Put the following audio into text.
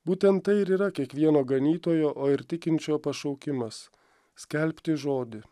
būtent tai ir yra kiekvieno ganytojo o ir tikinčiojo pašaukimas skelbti žodį